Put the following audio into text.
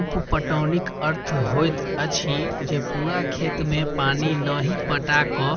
उप पटौनीक अर्थ होइत अछि जे पूरा खेत मे पानि नहि पटा क